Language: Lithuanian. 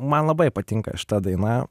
man labai patinka šita daina